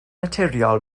naturiol